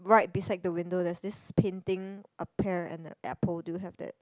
right beside the window there's this painting a pear and the apple do you have that